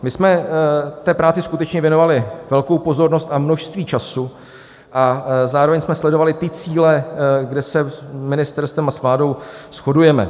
My jsme té práci skutečně věnovali velkou pozornost a množství času a zároveň jsme sledovali ty cíle, kde se s ministerstvem a s vládou shodujeme.